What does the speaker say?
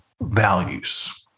values